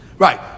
Right